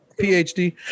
PhD